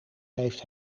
heeft